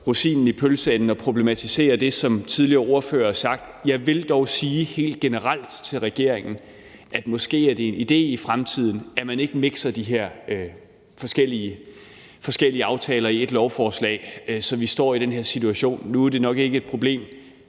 rosinen i pølseenden og problematisere det, som tidligere ordførere har sagt – jeg vil dog sige helt generelt til regeringen, at måske er det en idé i fremtiden, at man ikke mikser de her forskellige aftaler i ét lovforslag, så vi står i den her situation. Nu er det nok ikke et problem